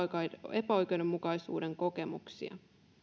epäoikeudenmukaisuuden kokemuksia